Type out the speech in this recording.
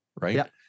right